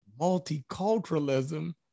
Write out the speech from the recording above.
multiculturalism